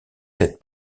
sept